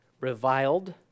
reviled